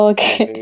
Okay